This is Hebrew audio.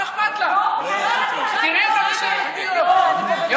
מה אכפת לך, לא, לא, מה אכפת לך?